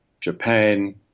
Japan